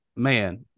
man